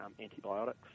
antibiotics